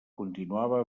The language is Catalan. continuava